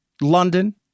London